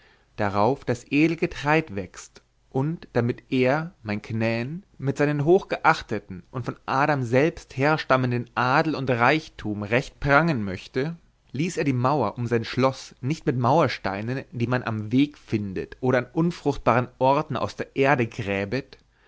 darauf das edel getraid wächst und damit er mein knän mit seinem hochgeachteten und von adam selbst herstammenden adel und reichtum recht prangen möchte ließ er die maur um sein schloß nicht mit maursteinen die man am weg findet oder an unfruchtbaren orten aus der erde